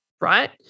right